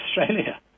Australia